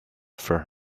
for